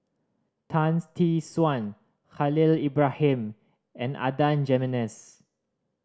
Tan's Tee Suan Khalil Ibrahim and Adan Jimenez